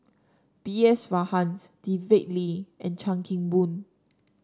B S Rajhans David Lee and Chan Kim Boon